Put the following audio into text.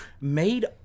made